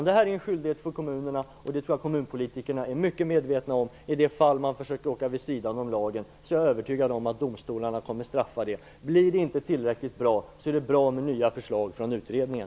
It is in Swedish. Det här är en skyldighet för kommunerna, och det tror jag att kommunpolitikerna är mycket medvetna om. I de fall man försöker åka vid sidan av lagen är jag övertygad om att domstolarna kommer att bestraffa det. Blir detta inte tillräckligt bra är det bra med nya förslag från utredningen.